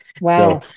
Wow